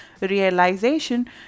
realization